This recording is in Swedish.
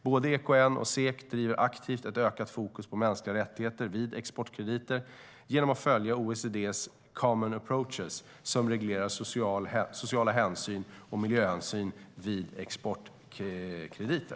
Både EKN och SEK driver aktivt ett ökat fokus på mänskliga rättigheter vid exportkrediter genom att följa OECD:s "Common Approaches" som reglerar sociala hänsyn och miljöhänsyn vid exportkrediter.